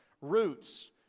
roots